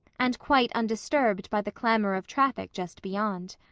and quite undisturbed by the clamor of traffic just beyond.